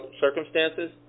circumstances